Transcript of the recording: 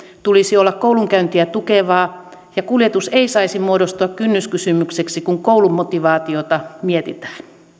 tulisi olla koulunkäyntiä tukevaa ja kuljetus ei saisi muodostua kynnyskysymykseksi kun koulumotivaatiota mietitään